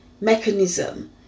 mechanism